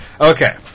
okay